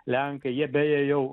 lenkai jie beje jau